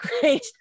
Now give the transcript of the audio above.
great